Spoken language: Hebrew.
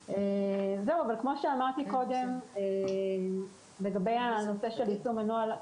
כמו שאמרתי קודם לגבי הנושא של יישום הנוהל,